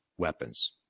weapons